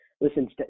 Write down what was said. Listen